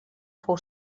fou